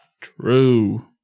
True